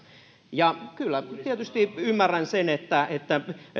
ja kyllä tietysti ymmärrän sen että että